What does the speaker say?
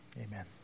amen